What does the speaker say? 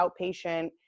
outpatient